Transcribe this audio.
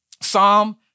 Psalm